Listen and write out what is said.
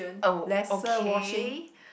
oh okay